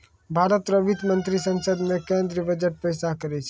भारत रो वित्त मंत्री संसद मे केंद्रीय बजट पेस करै छै